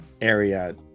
area